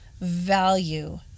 value